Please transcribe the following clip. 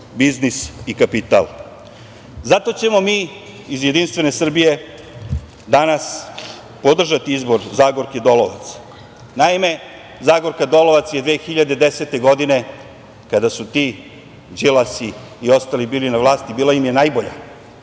biznis i kapital. Zato ćemo mi iz Jedinstvene Srbije danas podržati izbor Zagorke Dolovac. Naime, Zagorka Dolovac je 2010. godine, kada su ti Đilasi i ostali bili na vlasti, bila im je najbolja.